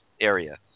area